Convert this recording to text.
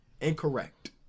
Incorrect